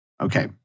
okay